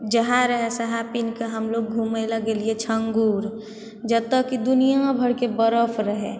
जहेए रहै सहै पिन्हके हमलोग घुमैला गेलियै छङ्गूर जतए की दुनिआँ भरिके बरफ रहै